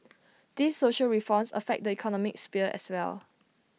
these social reforms affect the economic sphere as well